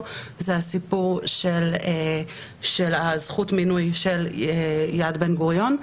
זה הסיפור של זכות המינוי של יד בן-גוריון.